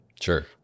Sure